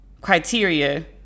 criteria